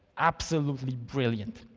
absolutely brilliant.